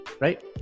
right